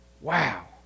Wow